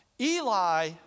Eli